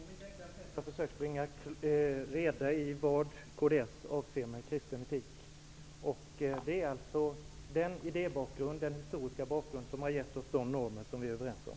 Herr talman! På mitt enkla sätt har jag försökt bringa reda i vad kds menar med kristen etik. Det är den idébakgrunden som har gett oss de normer som vi är överens om.